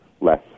less